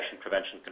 prevention